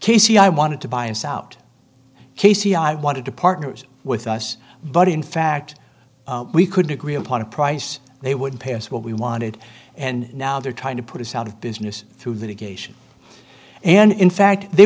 casey i wanted to bias out casey i wanted to partners with us but in fact we could agree upon a price they would pay us what we wanted and now they're trying to put us out of business through that a geisha and in fact they